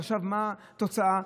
מה התוצאה?